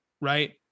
right